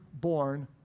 born